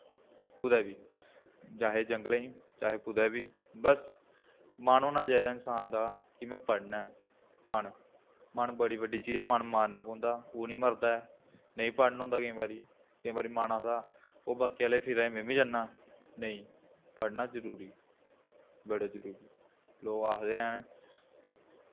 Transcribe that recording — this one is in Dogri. कुदै बी चाहे जंगलें च चाहे कुदै बी बस मन होना चाहिदा इंसान दा कि में पढ़ना ऐ मन मन बड़ी बड्डी चीज ऐ मन मारना पौंदा ओह् निं मरदा ऐ नेईं पढ़न होंदा केईं बारी केईं बारी मन आखदा ओह् बाकी आह्ले फिरा दे में बी जन्नां नेईं पढ़ना जरूरी बड़ा जरूरी लोग आखदे ऐं